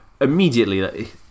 immediately